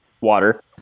Water